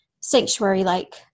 sanctuary-like